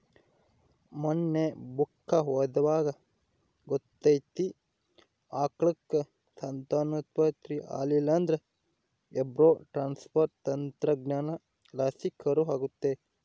ಮನ್ನೆ ಬುಕ್ಕ ಓದ್ವಾಗ ಗೊತ್ತಾತಿ, ಆಕಳುಕ್ಕ ಸಂತಾನೋತ್ಪತ್ತಿ ಆಲಿಲ್ಲುದ್ರ ಎಂಬ್ರೋ ಟ್ರಾನ್ಸ್ಪರ್ ತಂತ್ರಜ್ಞಾನಲಾಸಿ ಕರು ಆಗತ್ತೆ